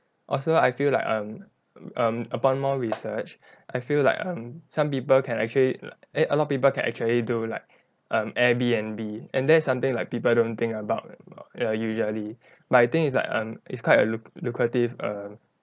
also I feel like um um upon more research I feel like um some people can actually like eh a lot of people can actually do like um Airbnb and that's something like people don't think about err ya usually but I think it's like um it's quite a lucrative err